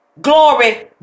Glory